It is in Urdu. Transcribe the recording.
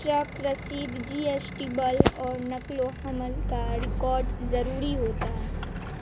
ٹرک رسید جی ایس ٹی بل اور نقل و حمل کا ریکارڈ ضروری ہوتا ہے